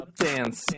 dance